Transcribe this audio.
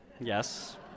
Yes